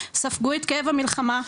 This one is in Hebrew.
ספגו את כאב המלחמה,